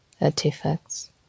Artifacts